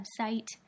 website